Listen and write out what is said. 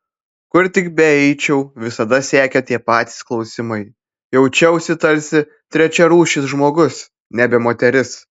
kur tik beeičiau visada sekė tie patys klausimai jaučiausi tarsi trečiarūšis žmogus nebe moteris